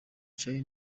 charly